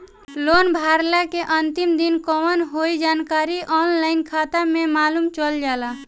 loan भरला के अंतिम दिन कवन हवे इ जानकारी ऑनलाइन खाता में मालुम चल जाला